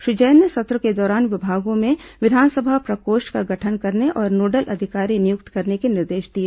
श्री जैन ने सत्र के दौरान विभागों में विधानसभा प्रकोष्ठ का गठन करने और नोडल अधिकारी नियुक्त करने के निर्देश दिए